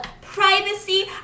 privacy